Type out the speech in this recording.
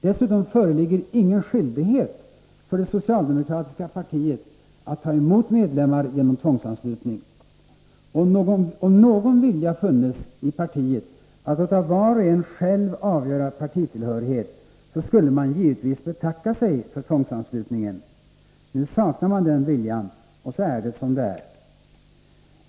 Dessutom föreligger ingen skyldighet för det socialdemokratiska partiet att ta emot medlemmar genom tvångsanslutning. Om någon vilja funnes i partiet att låta var och en själv avgöra partitillhörighet, skulle man givetvis betacka sig för tvångsanslutningen. Nu saknar man den viljan, och så är det som det är.